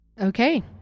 Okay